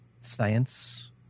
science